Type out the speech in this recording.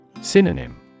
Synonym